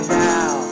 now